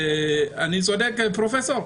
אני צודק, פרופסור?